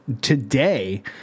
today